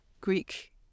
greek